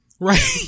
Right